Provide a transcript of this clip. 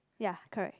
ya correct